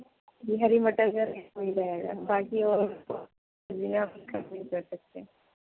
جی ہری مٹر کا ریٹ وہی رہے گا باقی اور ہم کم نہیں کر سکتے